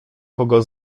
kogo